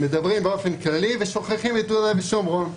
מדברים באופן כללי ושוכחים את יהודה ושומרון.